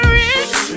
rich